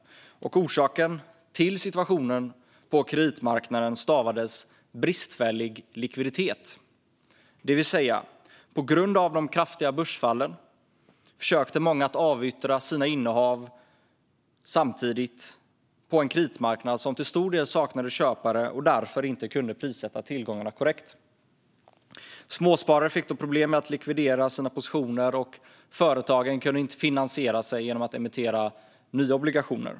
Orsaken till situationen på kreditmarknaden stavades bristfällig likviditet, det vill säga att många på grund av de kraftiga börsfallen samtidigt försökte att avyttra sina innehav på en kreditmarknad som till stor del saknade köpare och därför inte kunde prissätta tillgångarna korrekt. Småsparare fick då problem med att likvidera sina positioner, och företagen kunde inte finansiera sig genom att emittera nya obligationer.